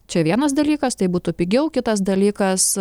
čia vienas dalykas tai būtų pigiau kitas dalykas